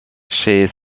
chez